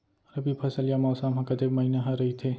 रबि फसल या मौसम हा कतेक महिना हा रहिथे?